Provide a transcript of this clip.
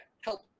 help